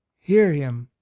hear him,